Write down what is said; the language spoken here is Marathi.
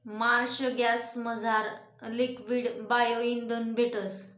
मार्श गॅसमझार लिक्वीड बायो इंधन भेटस